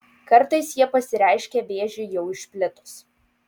kartais jie pasireiškia vėžiui jau išplitus